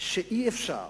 שאי-אפשר